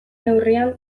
neurrian